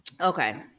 Okay